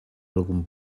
algun